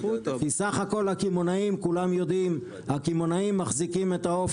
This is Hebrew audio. כי סך הכול הקמעונאים מחזיקים את העוף